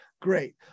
Great